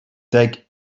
dig